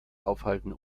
aufhalten